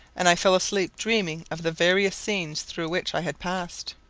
and i fell asleep dreaming of the various scenes through which i had passed.